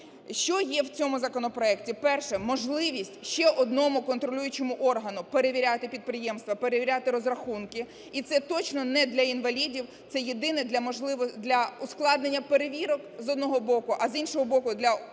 Що є в цьому законопроекті? Перше – можливість ще одному контролюючому органу перевіряти підприємства, перевіряти розрахунки і це точно не для інвалідів, це єдине для ускладнення перевірок – з одного боку, а з іншого боку – для посилення